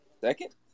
Second